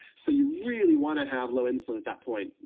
so you really want to have low insulin at that point,